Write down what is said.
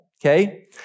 okay